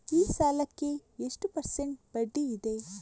ಈ ಸಾಲಕ್ಕೆ ಎಷ್ಟು ಪರ್ಸೆಂಟ್ ಬಡ್ಡಿ ಇದೆ?